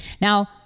Now